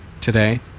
today